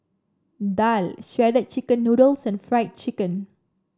daal Shredded Chicken Noodles and Fried Chicken